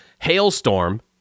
Hailstorm